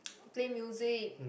play music